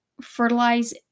fertilize